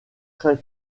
très